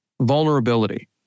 vulnerability